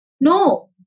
No